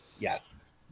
Yes